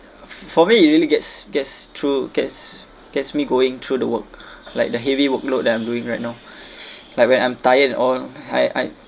for me it really gets gets through gets gets me going through the work like the heavy workload that I'm doing right now like when I'm tired and all I I